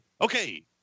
Okay